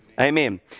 Amen